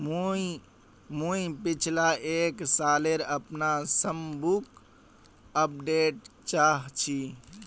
मुई पिछला एक सालेर अपना पासबुक अपडेट चाहची?